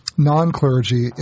non-clergy